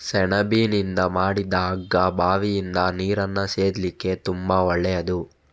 ಸೆಣಬಿನಿಂದ ಮಾಡಿದ ಹಗ್ಗ ಬಾವಿಯಿಂದ ನೀರನ್ನ ಸೇದ್ಲಿಕ್ಕೆ ತುಂಬಾ ಒಳ್ಳೆಯದು